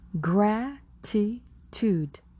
Gratitude